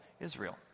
Israel